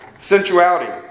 Sensuality